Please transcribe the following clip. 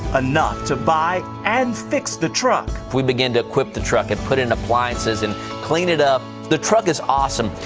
enough to buy and fix the truck. we began to equip the truck and put in appliances and clean it up. the truck is awesome.